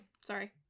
Sorry